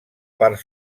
part